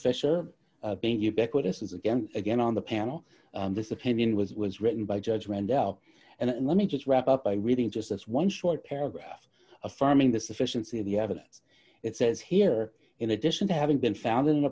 fisher and ubiquitous is again again on the panel this opinion was was written by judge randell and let me just wrap up by reading just as one short raf affirming the sufficiency of the evidence it says here in addition to having been found in an